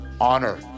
honor